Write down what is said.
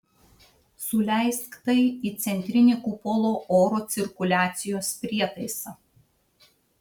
suleisk tai į centrinį kupolo oro cirkuliacijos prietaisą